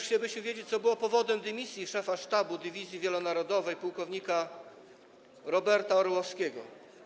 Chcielibyśmy też wiedzieć, co było powodem dymisji szefa sztabu dywizji wielonarodowej płk. Roberta Orłowskiego.